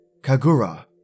Kagura